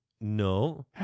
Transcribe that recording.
No